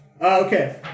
Okay